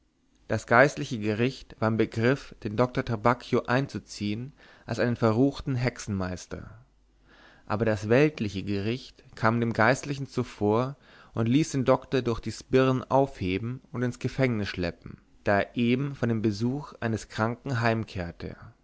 das geistliche gericht war im begriff den doktor trabacchio einzuziehen als einen verruchten hexenmeister aber das weltliche gericht kam dem geistlichen zuvor und ließ den doktor durch die sbirren aufheben und ins gefängnis schleppen da er eben von dem besuch eines kranken heimkehrte